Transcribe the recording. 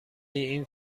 این